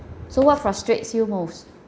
so what frustrates you most